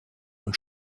und